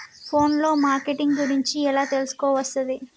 Phone లో marketing గురించి ఎలా తెలుసుకోవస్తది?